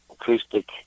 acoustic